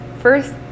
first